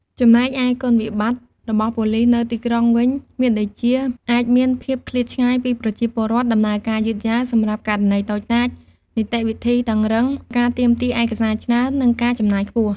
ចំណែកឯគុណវិបត្តិរបស់ប៉ូលីសនៅទីក្រុងវិញ មានដូចជា អាចមានភាពឃ្លាតឆ្ងាយពីប្រជាពលរដ្ឋ ដំណើរការយឺតយ៉ាវសម្រាប់ករណីតូចតាច នីតិវិធីតឹងរ៉ឹង ការទាមទារឯកសារច្រើន និងការចំណាយខ្ពស់។